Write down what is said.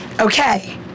okay